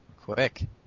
quick